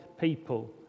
people